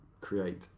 create